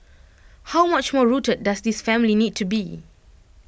how much more rooted does this family need to be